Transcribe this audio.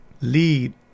lead